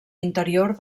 interior